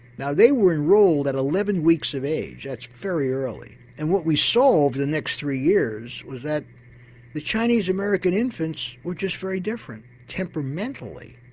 now they were enrolled at eleven weeks of age, that's very early and what we saw over the next three years was that the chinese american infants were just very different, temperamentally,